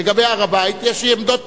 לגבי הר-הבית, יש לי עמדות